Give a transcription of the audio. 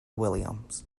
williams